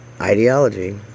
ideology